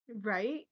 Right